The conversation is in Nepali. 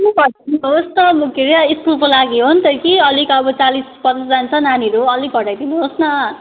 अलिक घटाइदिनुहोस् न म के रे स्कुलको लागि हो नि त कि अलिक अब चालिस पचासजना छ नानीहरू अलिक घटाइदिनुहोस् न